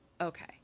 Okay